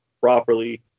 properly